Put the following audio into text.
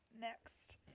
next